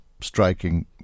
striking